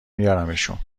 میارمشون